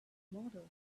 model